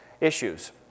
issues